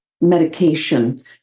medication